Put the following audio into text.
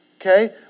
Okay